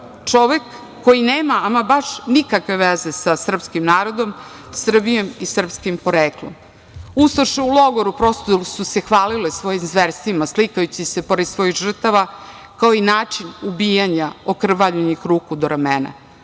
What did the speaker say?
čovek koji nema ama baš nikakve veze sa srpskim narodom, Srbijom i srpskim poreklom. Ustaše u logoru prosto su se hvalile svojim zverstvima slikajući se pored svojih žrtava kao i načinom ubijanja okrvavljenih ruku do ramena. Oni